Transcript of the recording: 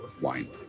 Wine